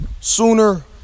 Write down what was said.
sooner